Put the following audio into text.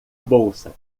bolsa